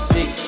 Six